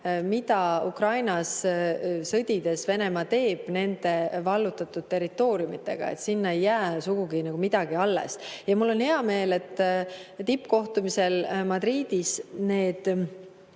mida Ukrainas sõdides Venemaa teeb vallutatud territooriumidega – sinna ei jää õieti midagi alles. Mul on hea meel, et tippkohtumisel Madridis said